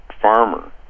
farmer